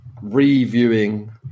reviewing